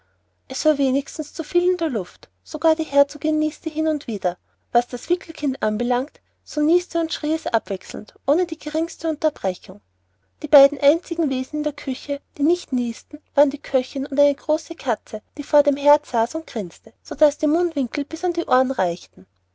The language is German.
es war wenigstens zu viel in der luft sogar die herzogin nieste hin und wieder was das wickelkind anbelangt so nieste und schrie es abwechselnd ohne die geringste unterbrechung die beiden einzigen wesen in der küche die nicht niesten waren die köchin und eine große katze die vor dem herde saß und grinste sodaß die mundwinkel bis an die ohren reichten